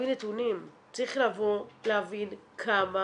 צריך לבוא, להבין כמה